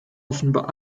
offenbar